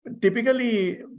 typically